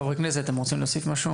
ראשית,